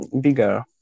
bigger